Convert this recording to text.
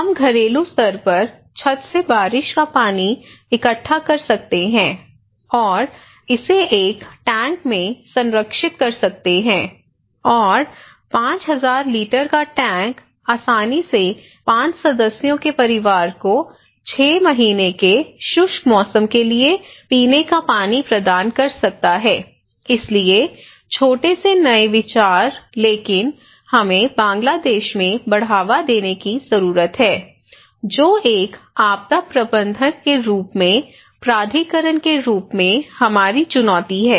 हम घरेलू स्तर पर छत से बारिश का पानी इकट्ठा कर सकते हैं और इसे एक टैंक में संरक्षित कर सकते हैं और 5000 लीटर का टैंक आसानी से 5 सदस्यों के परिवार को 6 महीने के शुष्क मौसम के लिए पीने का पानी प्रदान कर सकता है इसलिए छोटे से नए विचार लेकिन हमें बांग्लादेश में बढ़ावा देने की जरूरत है जो एक आपदा प्रबंधक के रूप में प्राधिकरण के रूप में हमारी चुनौती है